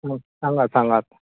हय सांगा सांगात